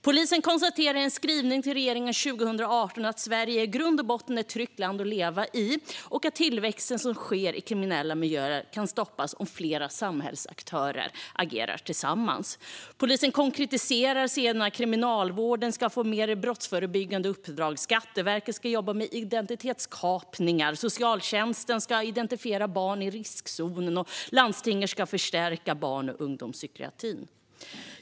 Polisen konstaterar i en skrivelse till regeringen 2018 att Sverige i grund och botten är ett tryggt land att leva i och att tillväxten som sker i kriminella miljöer kan stoppas om flera samhällsaktörer agerar tillsammans. Polisen konkretiserar med att Kriminalvården bör få fler brottsförebyggande uppdrag, Skatteverket bör jobba med identitetskapningar, socialtjänsten bör identifiera barn i riskzonen och landstingen bör förstärka barn och ungdomspsykiatrin.